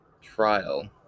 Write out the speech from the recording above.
trial